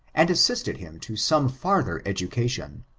and assisted him to some ferther education,